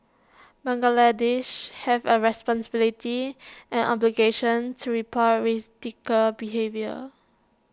Bangladeshis have A responsibility and obligation to report behaviour